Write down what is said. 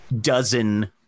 dozen